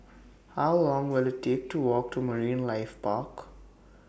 How Long Will IT Take to Walk to Marine Life Park